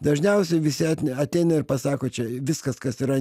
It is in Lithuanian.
dažniausiai visi at ateina ir pasako čia viskas kas yra